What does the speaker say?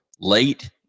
late